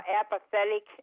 apathetic